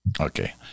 Okay